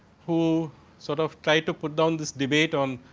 who sort of try to put down this debate on,